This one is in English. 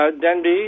Denby